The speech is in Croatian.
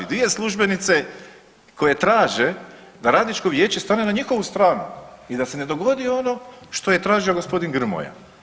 Dvije službenice koje traže da radničko vijeće stane na njihovu stranu i da se ne dogodi ono što je tražio g. Grmoja.